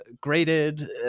graded